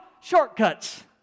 Shortcuts